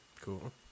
Cool